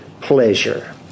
pleasure